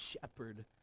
shepherd